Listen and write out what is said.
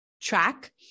track